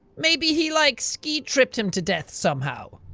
maybe he like ski tripped him to death somehow.